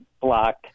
block